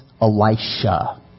Elisha